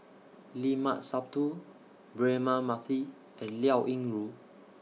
Limat Sabtu Braema Mathi and Liao Yingru